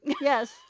Yes